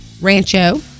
Rancho